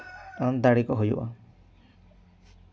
ᱫᱟᱲᱮ ᱠᱚ ᱦᱩᱭᱩᱜᱼᱟ